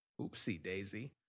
Oopsie-daisy